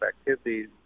activities